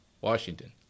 Washington